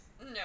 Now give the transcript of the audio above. No